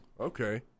Okay